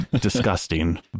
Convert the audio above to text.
disgusting